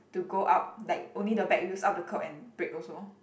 to go up like only the back wheels up the curb and brake also